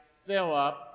Philip